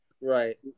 Right